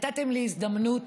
נתתם לי הזדמנות